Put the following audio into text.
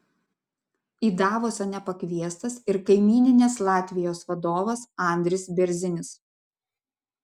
į davosą nepakviestas ir kaimyninės latvijos vadovas andris bėrzinis